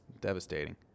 Devastating